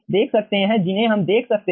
देख सकते हैं जिन्हें हम देख सकते हैं